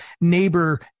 neighbor